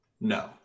No